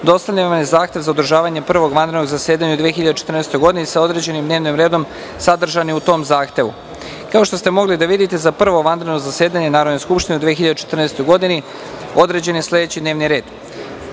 dostavljen vam je zahtev za održavanje Prvog vanrednog zasedanja u 2014. godini, sa određenim dnevnim redom sadržanim u tom Zahtevu. Kao što ste mogli da vidite da Prvo vanredno zasedanje Narodne skupštine u 2014. godini, određen je sledeći:D n e